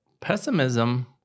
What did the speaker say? pessimism